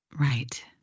Right